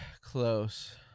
close